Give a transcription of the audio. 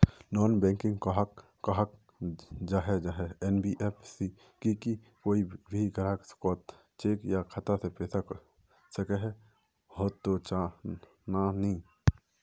Non banking कहाक कहाल जाहा जाहा एन.बी.एफ.सी की कोई भी ग्राहक कोत चेक या खाता से पैसा सकोहो, हाँ तो चाँ ना चाँ?